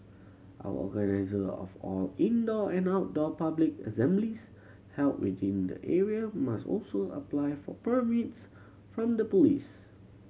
organiser of all indoor and outdoor public assemblies held within the area must also apply for permits from the police